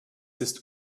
ist